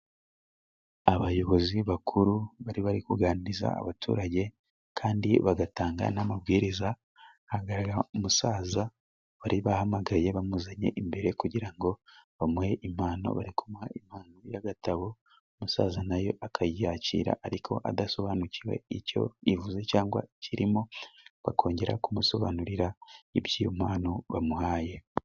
Abayobozi bakuru bari bari kuganiriza abaturage kandi bagatanga n'amabwiriza, aha ngaha umusaza bari bahamagaye bamuzanye imbere kugira ngo bamuhe impano bari kumuha impano y'agatabo. Umusaza nayo akayakira ariko adasobanukiwe icyo ivuze cyangwa ikirimo bakongera kumusobanurira iby'iyo mpano bamuhaye.